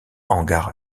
hangar